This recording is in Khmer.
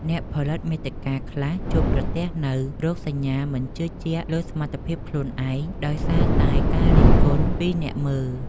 អ្នកផលិតមាតិកាខ្លះជួបប្រទះនូវ រោគសញ្ញាមិនជឿជាក់លើសមត្ថភាពខ្លួនឯង ដោយសារតែការរិះគន់ពីអ្នកមើល។